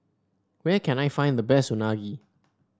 where can I find the best Unagi